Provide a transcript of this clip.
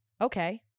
okay